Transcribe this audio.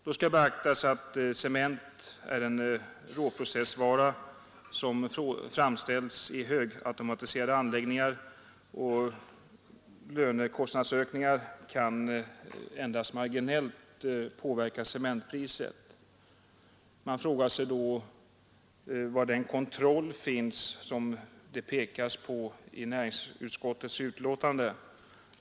Det skall beaktas att cement är en råprocessvara som framställs i högautomatiserade anläggningar. Lönekostnadsökningar kan endast marginellt påverka cementpriset. Man frågar sig var den kontroll finns som det talas om i näringsutskottets betänkande.